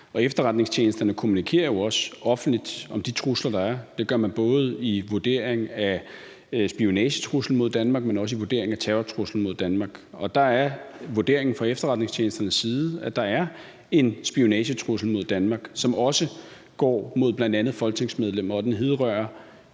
efterretningstjenesterne kommunikere jo også offentligt om de trusler, der er. Det gør man både i vurderingen af spionagetruslen mod Danmark, men også i vurderingen af terrortruslen mod Danmark, og der er vurderingen fra efterretningstjenesternes side, at der er en spionagetrussel mod Danmark, som også retter sig mod bl.a. folketingsmedlemmer, og den hidrører